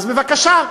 אז בבקשה.